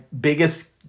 biggest